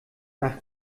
nach